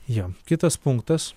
jo kitas punktas